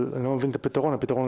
אבל אני לא מבין את הפתרון.